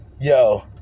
Yo